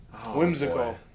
Whimsical